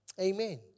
Amen